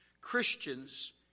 Christians